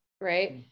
right